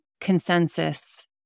consensus